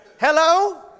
Hello